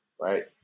right